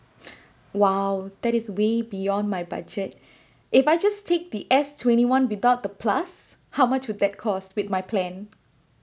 !wow! that is way beyond my budget if I just take the S twenty-one without the plus how much would that cost with my plan